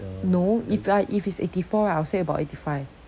no if like if it's eight four right I would say about eighty five